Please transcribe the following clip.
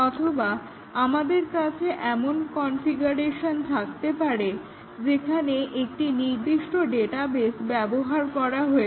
অথবা আমাদের কাছে এমন কনফিগারেশন থাকতে পারে যেখানে একটি নির্দিষ্ট ডাটাবেস ব্যবহার করা হয়েছে